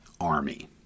army